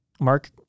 Mark